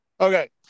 okay